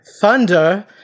Thunder